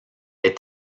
est